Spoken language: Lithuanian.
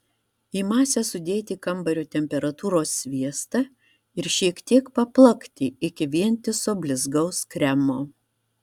į masę sudėti kambario temperatūros sviestą ir šiek tiek paplakti iki vientiso blizgaus kremo